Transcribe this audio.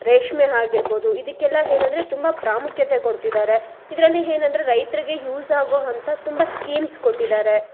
ರೇಷ್ಮೆ ಆಗಿರ್ಬೋದು ಇದಕ್ಕೆಲ್ಲ ಏನಂದ್ರೆ ತುಂಬ ಪ್ರಾಮುಖ್ಯತೆ ಕೊಡ್ತಿದ್ದಾರೆ ಇದರಲ್ಲಿ ಏನಂದ್ರೆ ರೈತರಿಗೆ ಹ್ಯೂಸ್ ಆಗೋ ಅಂತ ತುಂಬ ಸ್ಕೀಮ್ಸ್ ಕೊಟ್ಟಿದ್ದಾರೆ